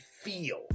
Feel